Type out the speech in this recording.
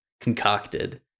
concocted